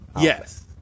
yes